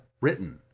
written